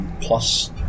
plus